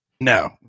No